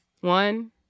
one